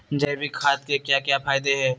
जैविक खाद के क्या क्या फायदे हैं?